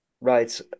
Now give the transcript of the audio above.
Right